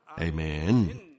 Amen